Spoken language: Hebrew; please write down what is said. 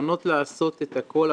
ומוכנות לעשות את הכול,